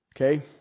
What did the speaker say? Okay